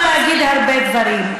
אני חושבת שאפשר להגיד הרבה דברים,